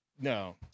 No